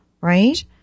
right